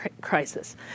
crisis